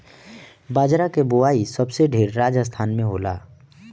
बजरा के बोआई सबसे ढेर राजस्थान में होला